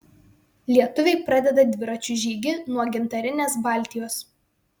lietuviai pradeda dviračių žygį nuo gintarinės baltijos